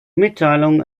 mitteilungen